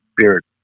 Spirit